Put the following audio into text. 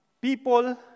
people